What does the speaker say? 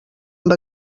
amb